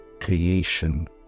creation